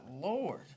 Lord